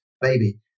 baby